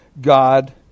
God